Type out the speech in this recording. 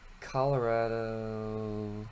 Colorado